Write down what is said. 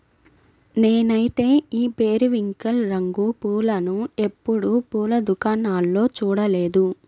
నేనైతే ఈ పెరివింకిల్ రంగు పూలను ఎప్పుడు పూల దుకాణాల్లో చూడలేదు